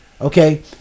Okay